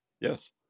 yes